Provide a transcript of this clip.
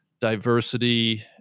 diversity